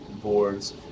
boards